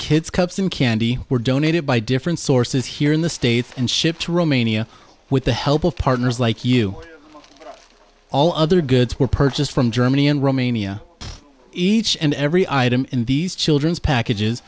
kids cups and candy were donated by different sources here in the states and shipped to romania with the help of partners like you all other goods were purchased from germany and romania each and every item in these children's packages